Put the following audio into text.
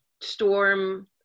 storm